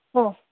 ओ